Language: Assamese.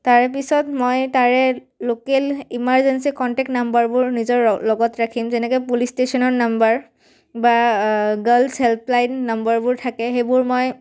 তাৰে পিছত মই তাৰে লোকেল ইমাৰ্জেঞ্চি কণ্টেক্ট নম্বৰবোৰ নিজৰ লগত ৰাখিম যেনেকৈ পুলিচ ষ্টেচনৰ নম্বৰ বা গাৰ্লছ হেল্পলাইন নম্বৰবোৰ থাকে সেইবোৰ মই